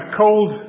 cold